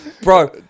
Bro